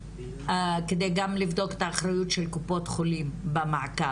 כדי גם לבדוק את האחריות של קופות חולים בקו,